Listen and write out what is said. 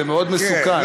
זה מאוד מסוכן,